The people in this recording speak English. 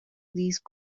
these